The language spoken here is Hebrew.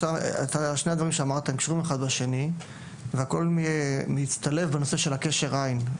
שני הדברים שאמרת הם קשורים אחד בשני והכול מצטלב בנושא של קשר העין.